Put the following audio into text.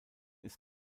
ist